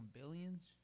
billions